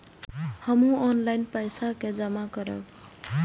हमू ऑनलाईनपेसा के जमा करब?